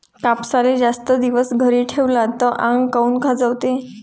कापसाले जास्त दिवस घरी ठेवला त आंग काऊन खाजवते?